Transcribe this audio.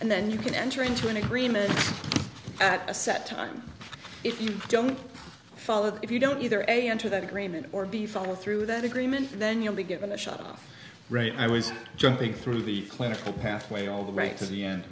and then you can enter into an agreement at a set time if you don't follow if you don't either enter that agreement or be follow through that agreement and then you'll be given a shot off right i was jumping through the clinical pathway all the rights of the end